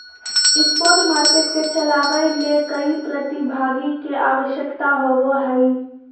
spot market के चलावय ले कई प्रतिभागी के आवश्यकता होबो हइ